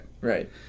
Right